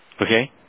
Okay